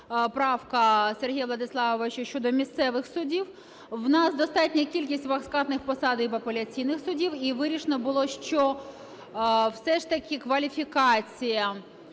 правка Сергія Владиславовича щодо місцевих суддів. У нас достатня кількість вакантних посад і в апеляційних судах. І вирішено було, що все ж таки кваліфікація